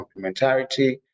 complementarity